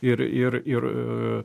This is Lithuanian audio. ir ir ir